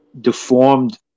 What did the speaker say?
deformed